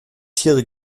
tiere